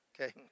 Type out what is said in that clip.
Okay